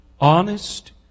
honest